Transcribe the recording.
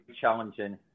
challenging